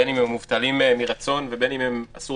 בין אם הם מובטלים מרצון ובין אם אסור